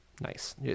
nice